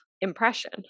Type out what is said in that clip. impression